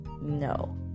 No